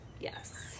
Yes